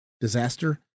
disaster